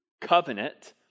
covenant